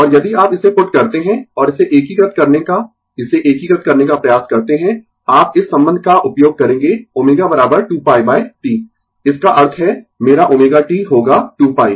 और यदि आप इसे पुट करते है और इसे एकीकृत करने का इसे एकीकृत करने का प्रयास करते है आप इस संबंध का उपयोग करेंगें ω2 पाई T इसका अर्थ है मेरा ω T होगा 2 पाई